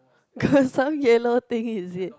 got some yellow thing is it